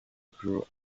grew